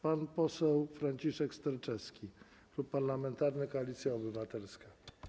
Pan poseł Franciszek Sterczewski, Klub Parlamentarny Koalicja Obywatelska.